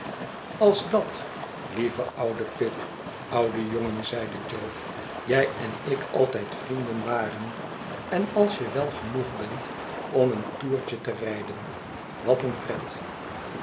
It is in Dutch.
als dat lieve oude pip oude jongen zeide jo j ij en ik altijd vrienden waren en alsje wel genoeg bent om een toertje te rijden wat een pret